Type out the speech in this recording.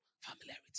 Familiarity